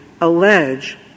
allege